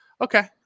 okay